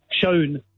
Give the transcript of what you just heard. shown